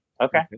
Okay